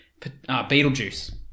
Beetlejuice